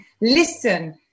listen